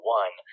one